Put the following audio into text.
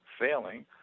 failing